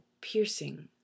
Piercing